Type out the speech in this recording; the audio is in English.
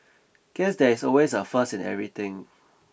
guess there is always a first in everything